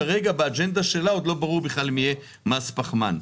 כרגע באג'נדה שלה עוד לא ברור בכלל אם יהיה מס פחמן.